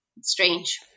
strange